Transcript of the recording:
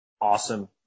awesome